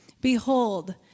Behold